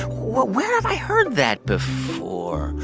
where have i heard that before?